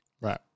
right